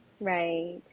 Right